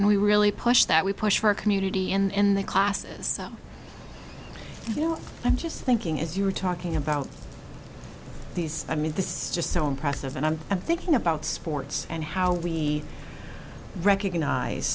and we really push that we push for a community in the classes so you know i'm just thinking as you were talking about these i mean this just so impressive and i'm thinking about sports and how we recognize